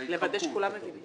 לוודא שכולם הבינו.